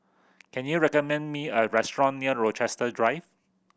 can you recommend me a restaurant near Rochester Drive